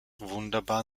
wunderbar